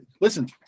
listen